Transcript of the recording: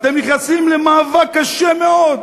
אתם נכנסים למאבק קשה מאוד,